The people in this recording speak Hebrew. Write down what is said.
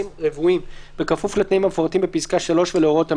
רבועים בכפוף לתנאים המפורטים בפסקה (3) ולהוראות המנהל,